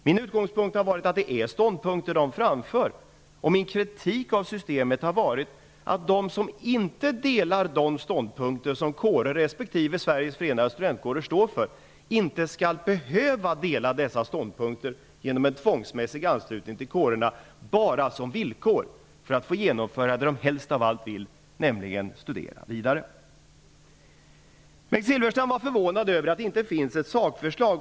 Min utgångspunkt har varit att det är ståndpunkter som de framför, och min kritik av systemet har varit att de som inte delar de ståndpunkter som kårer och Sveriges förenade studentkårer står för inte skall behöva göra det genom en tvångsmässig anslutning till kårerna -- som villkor för att få göra det som de helst av allt vill, nämligen att studera vidare. Bengt Silfverstrand var förvånad över att det inte finns något sakförslag.